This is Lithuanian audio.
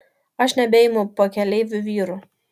aš nebeimu pakeleivių vyrų